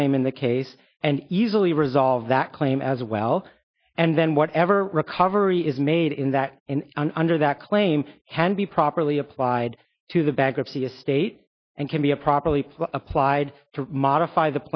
claim in the case and easily resolve that claim as well and then whatever recovery is made in that in under that claim can be properly applied to the bankruptcy estate and can be a properly applied to modify the